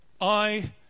I